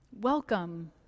Welcome